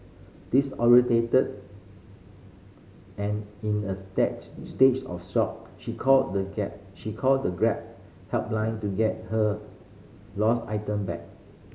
disoriented and in a stage stage of shock she called the gab she called the Grab helpline to get her lost item back